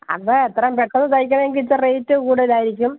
അത് എത്രയും പെട്ടെന്ന് തയ്ക്കണമെങ്കിൽ ഇച്ചിരി റേറ്റ് കൂടുതലായിരിക്കും